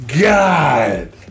God